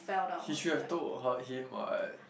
he should have told her him what